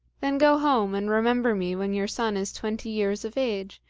then go home, and remember me when your son is twenty years of age,